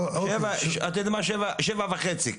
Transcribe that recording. אתה יודע מה, שבע וחצי.